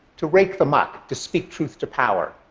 to rake the muck, to speak truth to power?